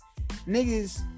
niggas